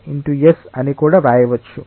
s అని కూడా రాయవచ్చు